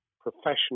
professional